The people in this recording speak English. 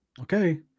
Okay